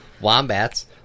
Wombats